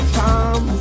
time